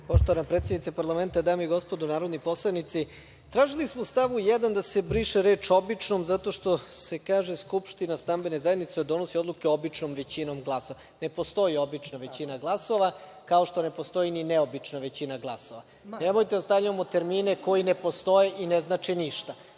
Poštovana predsednice parlamenta, dame i gospodo narodni poslanici, tražili smo u stavu 1. da se briše reč „običnom“, zato što se kaže – skupština stambene zajednice donosi odluke običnom većinom glasova. Ne postoji obična većina glasova, kao što ne postoji ni neobična većina glasova. Nemojte da stavljamo termine koji ne postoje i ne znače ništa.